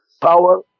Power